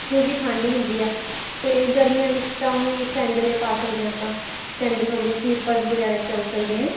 ਕਿਉਂਕਿ ਠੰਡ ਹੁੰਦੀ ਹੈ ਅਤੇ ਗਰਮੀਆਂ ਵਿੱਚ ਤਾਂ ਉਹੀ ਸੈਂਡਲ ਏ ਪਾ ਸਕਦੇ ਹਾਂ ਆਪਾਂ ਸੈਂਡਲ ਹੋਗੇ ਸਲੀਪਰਸ ਵਗੈਰਾ ਚੱਲ ਸਕਦੇ ਐਂ